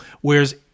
whereas